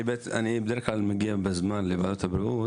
אני בדרך כלל מגיע בזמן לוועדת הבריאות